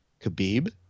Khabib